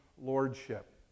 lordship